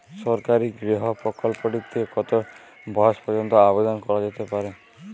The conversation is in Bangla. সরকারি গৃহ প্রকল্পটি তে কত বয়স পর্যন্ত আবেদন করা যেতে পারে?